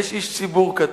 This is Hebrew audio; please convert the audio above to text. יש איש ציבור קטן.